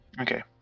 Okay